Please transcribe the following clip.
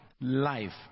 life